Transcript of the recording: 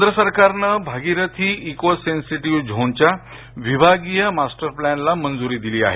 केंद्र सरकारनं Bhagirathi eco sensitive झोनच्या विभागीय मास्टर प्लॅनला मंजूरी दिली आहे